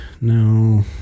No